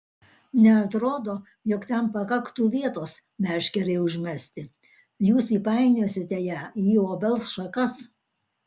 neatrodo jog ten pakaktų vietos meškerei užmesti jūs įpainiosite ją į obels šakas